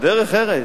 דרך ארץ.